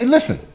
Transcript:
Listen